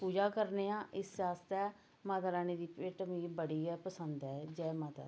पूजा करने आं इस्सै आस्तै माता रानी दी भेंट मिकी बड़ी गै पसंद ऐ जै माता दी